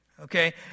okay